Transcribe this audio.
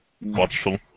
watchful